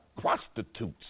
prostitutes